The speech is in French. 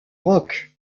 rock